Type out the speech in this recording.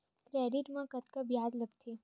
Credit मा कतका ब्याज लगथे?